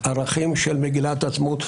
לערכים של מגילת העצמאות.